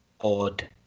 odd